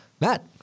Matt